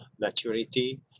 maturity